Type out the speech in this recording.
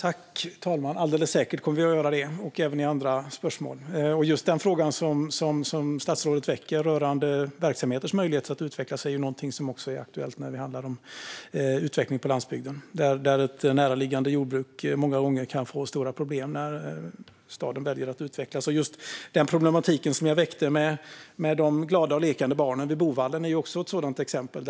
Fru talman! Det kommer vi alldeles säkert att göra, även i andra spörsmål. Just den fråga som statsrådet väcker rörande verksamheters möjligheter att utvecklas är någonting som är aktuellt också när det handlar om utveckling på landsbygden. Där kan näraliggande jordbruk många gånger få stora problem när staden väljer att utveckla. Problematiken som jag väckte gällande de glada, lekande barnen vid Boovallen är också ett sådant exempel.